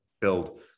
build